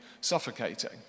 suffocating